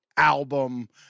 album